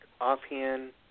offhand